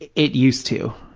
it it used to.